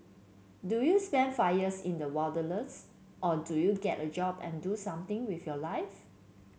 do you spend five years in the wilderness or do you get a job and do something with your life